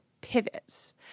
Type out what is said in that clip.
pivots